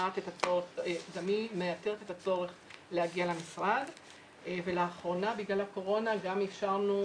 גם היא מייתרת את הצורך להגיע למשרד ולאחרונה בגלל הקורונה גם אפשרנו